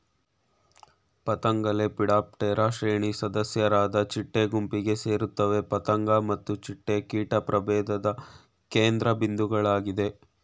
ಪತಂಗಲೆಪಿಡಾಪ್ಟೆರಾ ಶ್ರೇಣಿ ಸದಸ್ಯರಾದ ಚಿಟ್ಟೆ ಗುಂಪಿಗೆ ಸೇರ್ತವೆ ಪತಂಗ ಮತ್ತು ಚಿಟ್ಟೆ ಕೀಟ ಪ್ರಭೇಧದ ಕೇಂದ್ರಬಿಂದುಗಳಾಗಯ್ತೆ